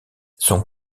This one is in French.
son